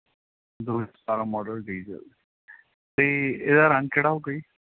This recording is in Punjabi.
ਦੋ ਹਜ਼ਾਰ ਸਤਾਰਾਂ ਮਾਡਲ ਡੀਜ਼ਲ ਅਤੇ ਇਹਦਾ ਰੰਗ ਕਿਹੜਾ ਹੋਊਗਾ ਜੀ